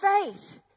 faith